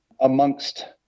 amongst